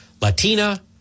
Latina